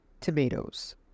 tomatoes